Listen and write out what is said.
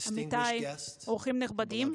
אורחים נכבדים,